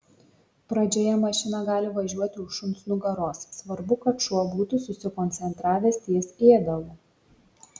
pradžioje mašina gali važiuoti už šuns nugaros svarbu kad šuo būtų susikoncentravęs ties ėdalu